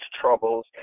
troubles